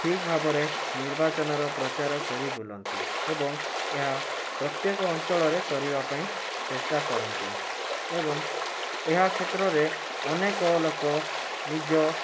ଠିକ୍ ଭାବରେ ନିର୍ବାଚନର ପ୍ରଚାର କରି ବୁଲନ୍ତି ଏବଂ ଏହା ପ୍ରତ୍ୟେକ ଅଞ୍ଚଳରେ କରିବା ପାଇଁ ଚେଷ୍ଟା କରନ୍ତି ଏବଂ ଏହା କ୍ଷେତ୍ରରେ ଅନେକ ଲୋକ ନିଜ